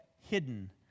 hidden